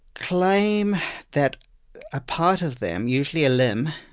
claim that a part of them, usually a limb,